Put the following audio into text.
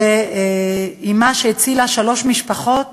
אמה, שהצילה שלוש משפחות